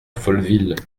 folleville